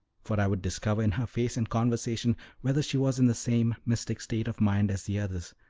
for i would discover in her face and conversation whether she was in the same mystic state of mind as the others,